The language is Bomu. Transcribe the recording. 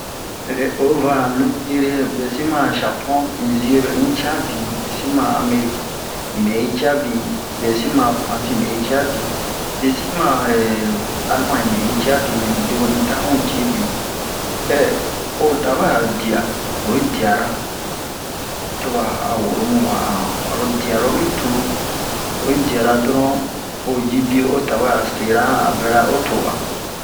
o va han lobere biyesi ma a Japon in ziye ɓɛ in ciya bin biye sin ma a amerik in ɓɛ in ciya bin biyesi ma a Fransi in ɓɛ in ciya bin biye si ma alemaɲe in ɓɛ in ciya bin mɛ ni deɓenu yi ta un ci bin o o tawɛ a o diya o yi diyara to ɓa a woro mu waa a han o ɓara diyaro mi tunu oyi diyara dɔron o ji biye o tawɛ a sera a vɛra o to'a